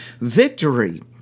victory